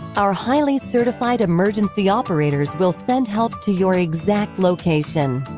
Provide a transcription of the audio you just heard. our highly-certified emergency operators will send help to your exact location.